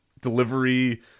delivery